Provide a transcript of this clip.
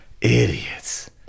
idiots